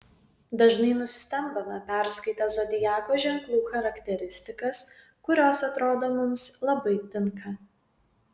dažnai nustembame perskaitę zodiako ženklų charakteristikas kurios atrodo mums labai tinka